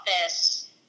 office